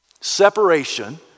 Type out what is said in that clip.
separation